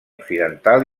occidental